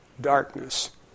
darkness